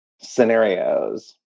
scenarios